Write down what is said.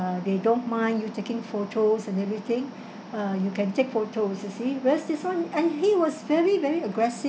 uh they don't mind you taking photos and everything uh you can take photos you see whereas this one and he was very very aggressive